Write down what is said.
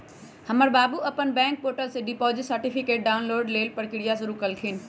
हमर बाबू अप्पन बैंक पोर्टल से डिपॉजिट सर्टिफिकेट डाउनलोड लेल प्रक्रिया शुरु कलखिन्ह